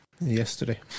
yesterday